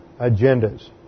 agendas